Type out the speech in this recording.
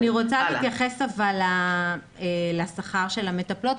אני רוצה להתייחס לשכר של המטפלות.